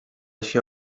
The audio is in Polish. się